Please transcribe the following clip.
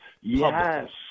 Yes